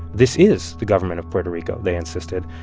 this is the government of puerto rico, they insisted.